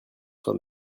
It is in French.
soi